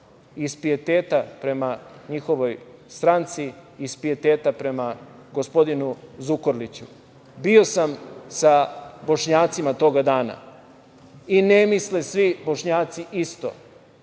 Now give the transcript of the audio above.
iz pijeteta prema njihovoj stranci, iz pijeteta prema gospodinu Zukorliću. Bio sam sa Bošnjacima toga dana. Ne misle svi Bošnjaci isto.